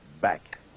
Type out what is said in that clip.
back